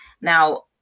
Now